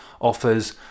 offers